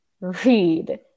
Read